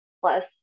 plus